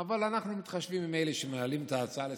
אבל אנחנו מתחשבים באלה שמעלים את ההצעה לסדר-היום,